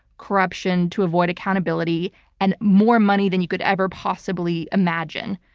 corruption to avoid accountability and more money than you could ever possibly imagine,